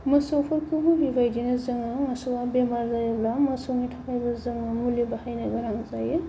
मोसौफोरखौबो बेबायदिनो जोङो मोसौआ बेमार जायोब्ला मोसौनि थाखायबो जोङो मुलि बाहायनो गोनां जायो